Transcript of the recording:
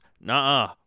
Nah